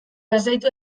bazaitu